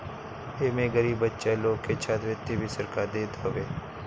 एमे गरीब बच्चा लोग के छात्रवृत्ति भी सरकार देत हवे